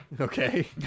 okay